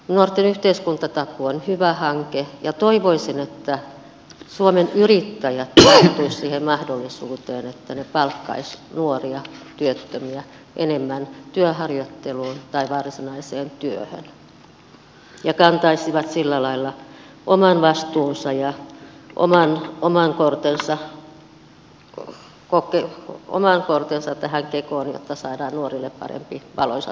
nuorten yhteiskuntatakuu on hyvä hanke ja toivoisin että suomen yrittäjät tarttuisivat siihen mahdollisuuteen että he palkkaisivat nuoria työttömiä enemmän työharjoitteluun tai varsinaiseen työhön ja kantaisivat sillä lailla oman vastuunsa ja oman kortensa tähän kekoon jotta saadaan nuorille parempi valoisa